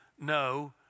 no